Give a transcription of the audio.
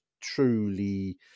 truly